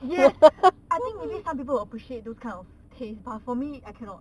yes I think maybe some people will appreciate those kind of taste but for me I cannot